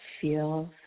feels